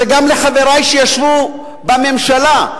גם לחברי שישבו בממשלה,